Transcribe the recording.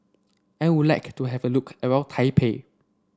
I would like to have a look around Taipei